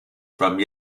from